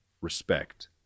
respect